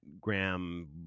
graham